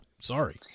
sorry